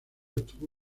obtuvo